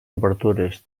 obertures